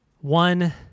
One